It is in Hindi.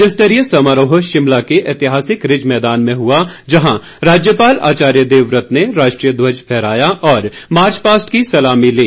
राज्य स्तरीय समारोह शिमला के ऐतिहासिक रिज मैदान में हुआ जहां राज्यपाल आचार्य देवव्रत ने राष्ट्रीय ध्वज फहराया और मार्च पास्ट की सलामी ली